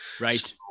Right